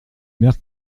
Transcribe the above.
mère